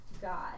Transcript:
God